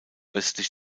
östlich